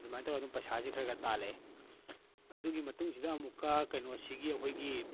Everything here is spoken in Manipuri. ꯑꯗꯨꯃꯥꯏꯅ ꯇꯧꯔꯒ ꯑꯗꯨꯝ ꯄꯩꯁꯥꯁꯦ ꯈꯔ ꯈꯔ ꯇꯥꯜꯂꯛꯑꯦ ꯑꯗꯨꯒꯤ ꯃꯇꯨꯡꯁꯤꯗ ꯑꯃꯨꯛꯀ ꯀꯩꯅꯣꯁꯤꯒꯤ ꯑꯩꯈꯣꯏꯒꯤ